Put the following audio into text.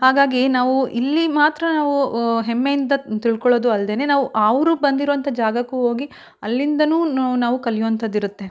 ಹಾಗಾಗಿ ನಾವು ಇಲ್ಲಿ ಮಾತ್ರ ನಾವು ಹೆಮ್ಮೆಯಿಂದ ತಿಳ್ಕೊಳ್ಳೋದು ಅಲ್ಲದೇನೆ ನಾವು ಅವ್ರು ಬಂದಿರುವಂಥ ಜಾಗಕ್ಕೂ ಹೋಗಿ ಅಲ್ಲಿಂದಲೂ ನಾವು ಕಲಿವಂಥದ್ದು ಇರುತ್ತೆ